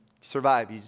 survive